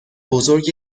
بزرگ